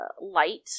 light